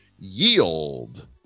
yield